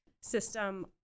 system